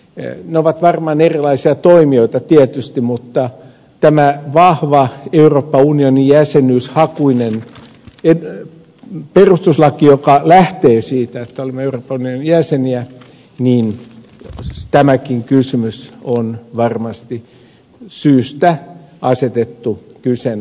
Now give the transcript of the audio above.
ne ovat varmaan erilaisia toimijoita tietysti mutta tämä vahva euroopan unionin jäsenyyshakuinen perustuslaki joka lähtee siitä että olemme euroopan unionin jäseniä tämäkin kysymys on varmasti syystä asetettu kyseenalaiseksi